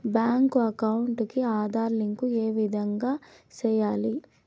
Bank account కి Aadhaar link ఏ విధంగా సెయ్యాలి?